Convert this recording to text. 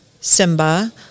simba